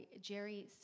Jerry